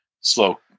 slow